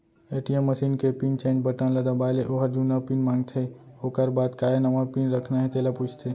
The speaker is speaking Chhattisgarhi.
ए.टी.एम मसीन के पिन चेंज बटन ल दबाए ले ओहर जुन्ना पिन मांगथे ओकर बाद काय नवा पिन रखना हे तेला पूछथे